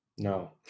No